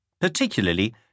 particularly